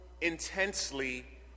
intensely